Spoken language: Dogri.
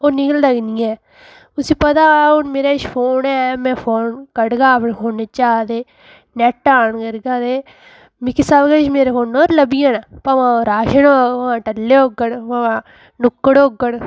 ओह् निकलदा गै निं ऐ उसी पता हून मेरे श फ़ोन ऐ में फोन कड्ढगा अगर फोनै चा ते नेट ऑन करगा ते मिगी सब किश मेरे फोनो 'र मिगी लब्भी जाना भामें ओह् राशन होग भामें ओह् टल्ले होङन भामें ओह् नुक्कड़ होङन